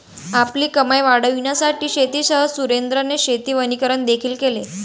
आपली कमाई वाढविण्यासाठी शेतीसह सुरेंद्राने शेती वनीकरण देखील केले